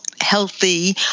healthy